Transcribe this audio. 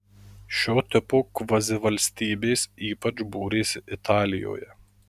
šio tipo kvazivalstybės ypač būrėsi italijoje